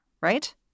right